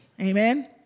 Amen